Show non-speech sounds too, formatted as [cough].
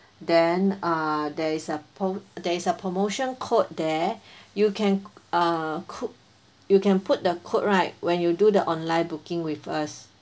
then uh there is a pro~ there is a promotion code there [breath] you can uh put you can put the code right when you do the online booking with us